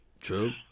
True